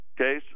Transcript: Okay